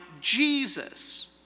Jesus